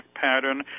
pattern